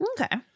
Okay